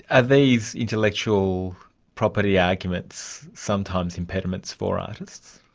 are these intellectual property arguments sometimes impediments for artists?